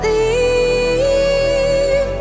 Leave